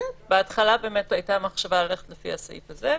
בהתחלה באמת הייתה מחשבה ללכת לפי הסעיף הזה,